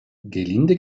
gelinde